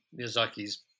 Miyazaki's